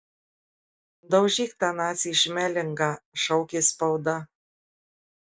daužyk tą nacį šmelingą šaukė spauda